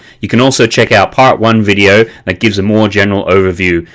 you can also check out part one video that gives a more general overview.